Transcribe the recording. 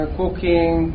cooking